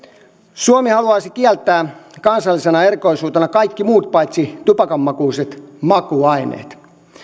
suomi haluaisi kieltää kansallisena erikoisuutena kaikki muut paitsi tupakanmakuiset makuaineet